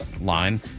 line